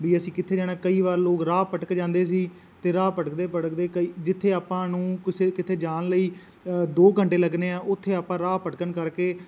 ਵੀ ਅਸੀਂ ਕਿੱਥੇ ਜਾਣਾ ਕਈ ਵਾਰ ਲੋਕ ਰਾਹ ਭਟਕ ਜਾਂਦੇ ਸੀ ਅਤੇ ਰਾਹ ਭਟਕਦੇ ਭਟਕਦੇ ਕਈ ਜਿੱਥੇ ਆਪਾਂ ਨੂੰ ਕਿਸੇ ਕਿਤੇ ਜਾਣ ਲਈ ਦੋ ਘੰਟੇ ਲੱਗਣੇ ਆ ਉੱਥੇ ਆਪਾਂ ਰਾਹ ਭਟਕਣ ਕਰਕੇ